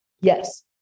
Yes